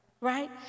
right